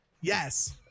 Yes